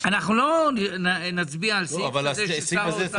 אנחנו לא נצביע על סעיף כזה ששר האוצר --- הסעיף הזה,